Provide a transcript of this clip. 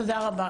תודה רבה.